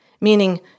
meaning